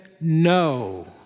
no